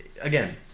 again